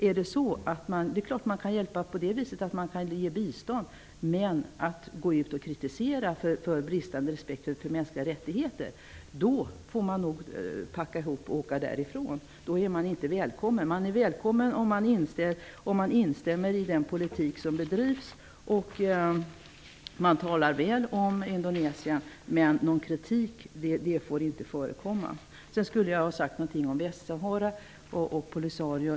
Man kan naturligtvis hjälpa med bistånd, men om man kritiserar för bristande respekt för mänskliga rättigheter får man nog packa ihop och åka därifrån. Man är välkommen endast om man instämmer i den politik som bedrivs och talar väl om Indonesien. Jag skulle ha sagt något om Västsahara och Polisario.